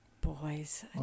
Boys